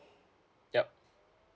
yup